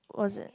was it